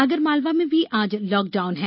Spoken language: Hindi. आगरमालवा में भी आज लॉकडाउन है